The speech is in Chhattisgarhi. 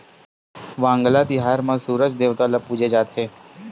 वांगला तिहार म सूरज देवता ल पूजे जाथे